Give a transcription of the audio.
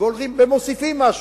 ומוסיפים משהו.